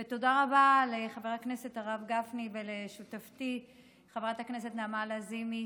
ותודה רבה לחבר הכנסת הרב גפני ולשותפתי חברת הכנסת נעמה לזימי